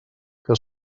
que